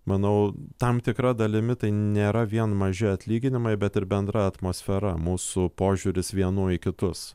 manau tam tikra dalimi tai nėra vien maži atlyginimai bet ir bendra atmosfera mūsų požiūris vienų į kitus